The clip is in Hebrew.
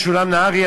משולם נהרי,